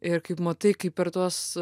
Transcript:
ir kaip matai kaip per tuos